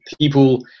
people